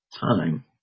time